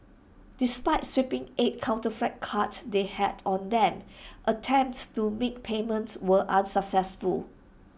despite swiping eight counterfeit cards they had on them attempts to make payments were unsuccessful